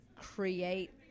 create